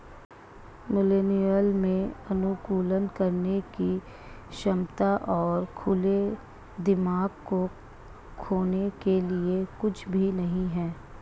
millennial में अनुकूलन करने की क्षमता और खुले दिमाग को खोने के लिए कुछ भी नहीं है